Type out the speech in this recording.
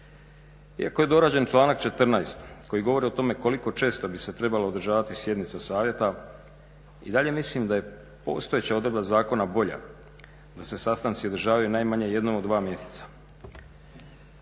Iako je dorađen članak 14. koji govori o tome koliko često bi se trebalo održavati sjednice savjeta i dalje mislim da je postojeća odredba zakona bolja, da se sastanci održavaju najmanje jednom u dva mjeseca.